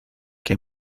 que